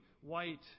white